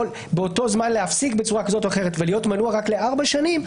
או באותו זמן להפסיק בצורה כזו או אחרת ולהיות מנוע רק לארבע שנים,